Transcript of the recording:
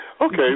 Okay